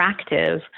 attractive